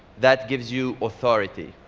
that gives you authority.